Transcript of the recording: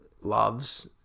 loves